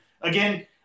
Again